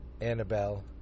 Annabelle